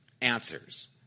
answers